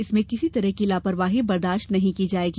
इसमें किसी तरह की लापरवाही बर्दाश्त नहीं की जायेगी